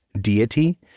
deity